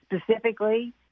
specifically